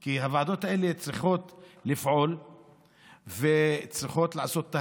כי הוועדות האלה צריכות לפעול וצריכות לעשות את